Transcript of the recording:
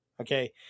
okay